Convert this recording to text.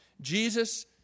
Jesus